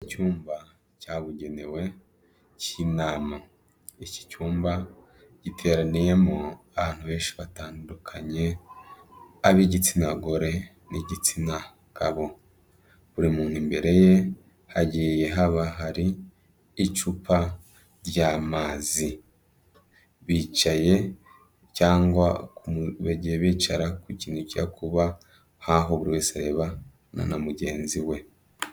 Icyumba cyabugenewe cy'inama, iki cyumba giteraniyemo abantu benshi batandukanye ab'igitsina gore n'igitsina gabo. Buri muntu imbere ye hagiye haba hari icupa ry'amazi, bicaye cyangwa bagiye bicara ku kintu cyo kuba nk'aho buri wese arebana na mugenzi we.